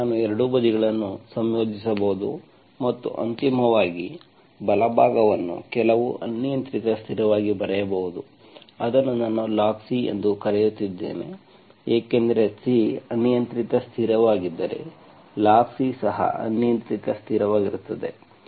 ಈಗ ನಾನು ಎರಡೂ ಬದಿಗಳನ್ನು ಸಂಯೋಜಿಸಬಹುದು ಮತ್ತು ಅಂತಿಮವಾಗಿ ಬಲಭಾಗವನ್ನು ಕೆಲವು ಅನಿಯಂತ್ರಿತ ಸ್ಥಿರವಾಗಿ ಬರೆಯಬಹುದು ಅದನ್ನು ನಾನು ಲಾಗ್ C ಎಂದು ಕರೆಯುತ್ತಿದ್ದೇನೆ ಏಕೆಂದರೆ C ಅನಿಯಂತ್ರಿತ ಸ್ಥಿರವಾಗಿದ್ದರೆ ಲಾಗ್ C ಸಹ ಅನಿಯಂತ್ರಿತ ಸ್ಥಿರವಾಗಿರುತ್ತದೆ